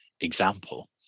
example